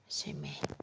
ꯁꯦꯝꯃꯦ